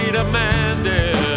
demanded